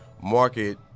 market